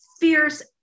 fierce